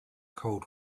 cold